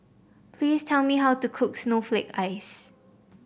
please tell me how to cook Snowflake Ice